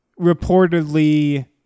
reportedly